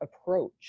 approach